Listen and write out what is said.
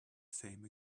same